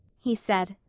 he said.